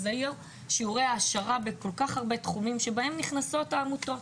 אז היו שיעורי העשרה בכל כך הרבה תחומים שבהם נכנסות העמותות.